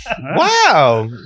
Wow